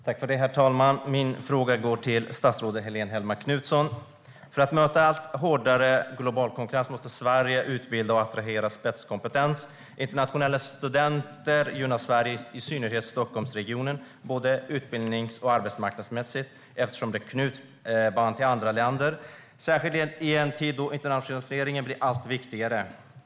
Herr talman! Min fråga går till statsrådet Helene Hellmark Knutsson. För att möta en allt hårdare global konkurrens måste Sverige utbilda och attrahera spetskompetens. Internationella studenter gynnar Sverige, i synnerhet Stockholmsregionen, både utbildnings och arbetsmarknadsmässigt eftersom det knyts band till andra länder, särskilt i en tid då internationaliseringen blir allt viktigare.